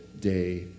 day